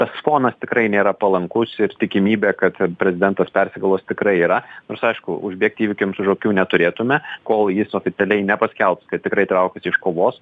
tas fonas tikrai nėra palankus ir tikimybė kad prezidentas persigalvos tikrai yra nors aišku užbėgti įvykiams už akių neturėtume kol jis oficialiai nepaskelbs kad tikrai traukiasi iš kovos